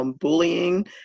bullying